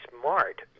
smart